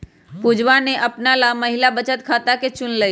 पुजवा ने अपना ला महिला बचत खाता के चुन लय